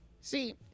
see